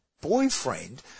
boyfriend